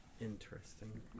Interesting